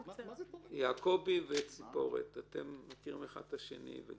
--- יעקבי וציפורת, אתם מכירים האחד את השני.